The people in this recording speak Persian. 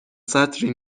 سطری